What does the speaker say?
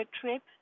trip